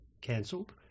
cancelled